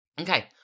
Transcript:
Okay